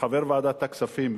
כחבר ועדת הכספים,